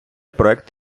проект